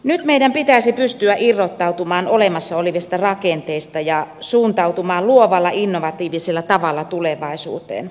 nyt meidän pitäisi pystyä irrottautumaan olemassa olevista rakenteista ja suuntautumaan luovalla innovatiivisella tavalla tulevaisuuteen